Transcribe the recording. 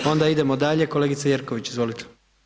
Onda idemo dalje, kolegice Jerković izvolite.